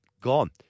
Gone